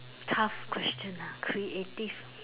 tough question ah creative